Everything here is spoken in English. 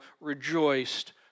rejoiced